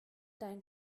dein